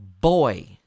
boy